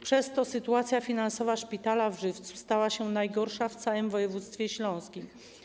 Przez to sytuacja finansowa szpitala w Żywcu stała się najgorsza w całym województwie śląskim.